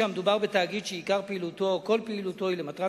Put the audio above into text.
שמדובר בתאגיד שעיקר פעילותו או כל פעילותו היא למטרת